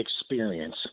experience